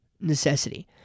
necessity